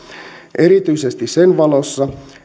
erityisesti sen valossa